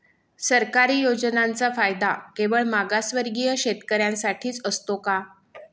सरकारी योजनांचा फायदा केवळ मागासवर्गीय शेतकऱ्यांसाठीच असतो का?